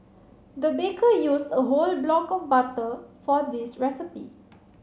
the baker used a whole block of butter for this recipe